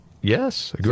Yes